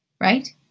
Right